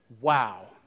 Wow